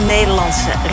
Nederlandse